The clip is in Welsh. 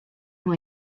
nhw